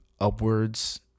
upwards